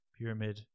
pyramid